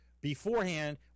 beforehand